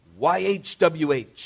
YHWH